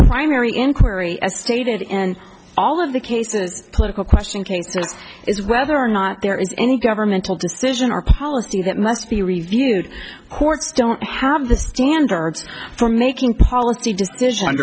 primary inquiry as stated in all of the cases political question cases is whether or not there is any governmental decision or policy that must be reviewed courts don't have the standards for making policy decisions